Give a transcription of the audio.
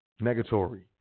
negatory